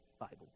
Bible